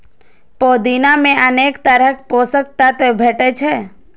पुदीना मे अनेक तरहक पोषक तत्व भेटै छै